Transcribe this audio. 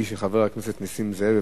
שהיא של חבר הכנסת נסים זאב.